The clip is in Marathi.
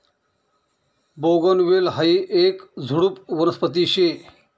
बोगनवेल हायी येक झुडुप वनस्पती शे